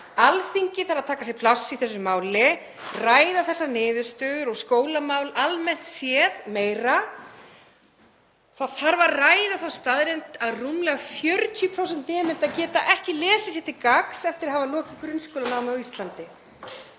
Alþingi þarf að taka sér pláss í þessu máli, ræða þessar niðurstöður og skólamál almennt séð meira. Það þarf að ræða þá staðreynd að rúmlega 40% nemenda geta ekki lesið sér til gagns eftir að hafa lokið grunnskólanámi á Íslandi,